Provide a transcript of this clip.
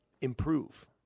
improve